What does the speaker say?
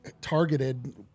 targeted